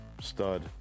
Stud